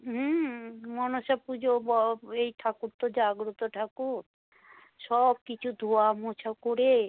হুম মনসা পুজো ব এই ঠাকুর তো জাগ্রত ঠাকুর সব কিছু ধোয়া মোছা করে